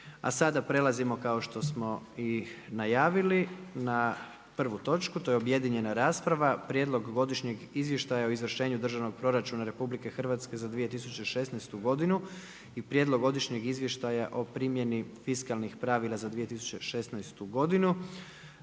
A sada prelazimo kao što smo i najavili na prvu točku. To je objedinjena rasprava Prijedlog Godišnjeg izvještaja o izvršenju Državnog proračuna Republike Hrvatske za 2016. godinu i Prijedlog Godišnjeg izvještaja o primjeni fiskalnih pravila za 2016. godinu.